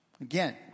Again